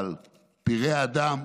אבל פראי אדם,